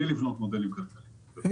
בלי לבנות מודלים כאלה.